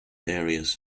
areas